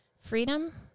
Freedom